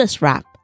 Wrap